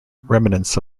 remnants